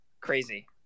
Crazy